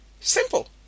Simple